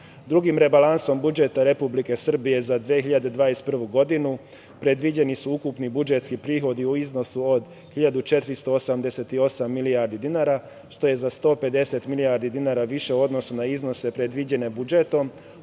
Drugim rebalansom budžeta Republike Srbije za 2021. godinu, predviđeni su ukupni budžetski prihodi u iznosu od 1.488 milijardi dinara, što je za 150 milijardi dinara više u odnosu na iznose predviđene budžetom,